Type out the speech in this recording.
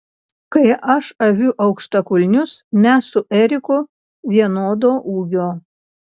kai aš aviu aukštakulnius mes su eriku vienodo ūgio